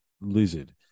lizard